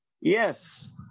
yes